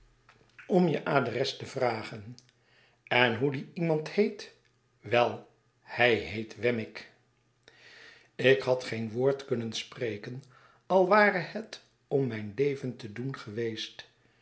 om je adres groote verwachtingen te vragen en hoe die iemand heet wei hij heet wemmick ik had geen woord kunnen spreken al ware het om mijn leven te doen geweest